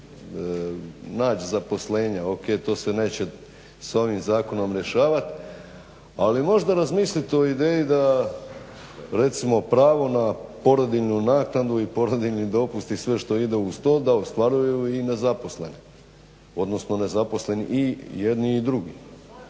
nać zaposlenje, o.k. to se neće s ovim zakonom rješavat ali možda razmislit o ideju da recimo pravo na porodiljinu naknadu i na porodiljini dopust i sve što ide uz to da ostvaruju i nezaposleni, odnosno nezaposleni i jedni i drugi.